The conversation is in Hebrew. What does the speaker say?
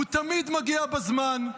הוא תמיד מגיע בזמן,